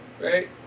Right